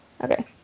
Okay